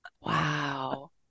Wow